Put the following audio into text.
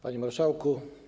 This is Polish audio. Panie Marszałku!